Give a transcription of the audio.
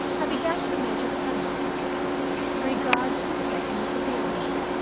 i began with a major premise to regard the confession as a real one,